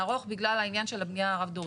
בגלל העניין של הבנייה הרב-דורית.